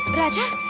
raja.